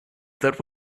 that